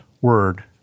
word